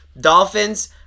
Dolphins